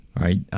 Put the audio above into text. right